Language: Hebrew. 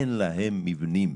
אין להם מבנים.